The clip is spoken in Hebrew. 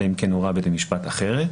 אלא אם כן הורה בית המשפט אחרת.